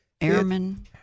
airmen